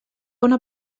una